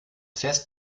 fest